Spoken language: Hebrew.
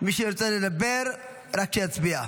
מי שרוצה לדבר שיצביע.